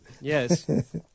Yes